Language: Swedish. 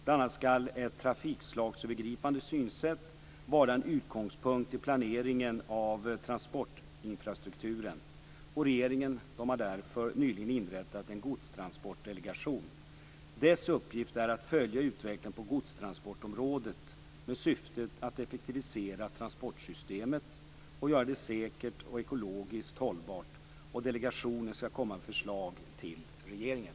Bl.a. skall ett trafikslagsövergripande synsätt vara en utgångspunkt i planeringen av transportinfrastrukturen. Regeringen har därför nyligen inrättat en godstransportdelegation. Dess uppgift är att följa utvecklingen på godstransportområdet med syftet att effektivisera transportsystemet och göra det säkert och ekologiskt hållbart. Delegationen skall komma med förslag till regeringen.